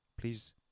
Please